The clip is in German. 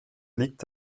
liegt